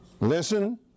Listen